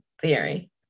theory